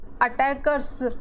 attackers